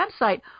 website